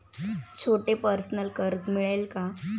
छोटे पर्सनल कर्ज मिळेल का?